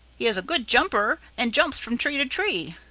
he is a good jumper and jumps from tree to tree.